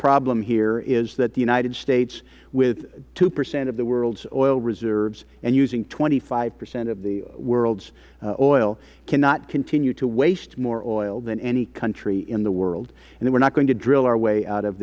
problem here is that the united states with two percent of the world's oil reserves and using twenty five percent of the world's oil cannot continue to waste more oil than any country in the world and we are not going to drill our way out of